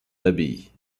l’abbaye